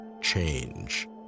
change